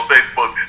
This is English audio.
Facebook